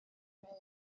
menyw